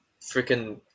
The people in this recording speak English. freaking